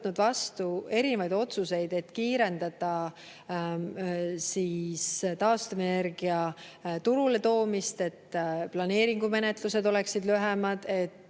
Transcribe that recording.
vastu erinevaid otsuseid, et kiirendada taastuvenergia turule toomist, et planeeringumenetlused oleksid lühemad, et